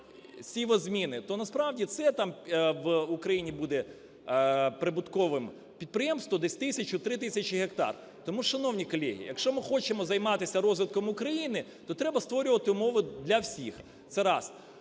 сівозміни, то насправді це там в Україні буде прибутковим підприємство десь тисячу, три тисячі гектар. Тому, шановні колеги, якщо ми хочемо займатися розвитком України, то треба створювати умови для всіх. Це раз.